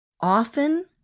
often